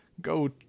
go